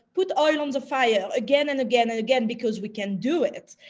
put oil on the fire again and again and again because we can do it.